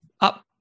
Up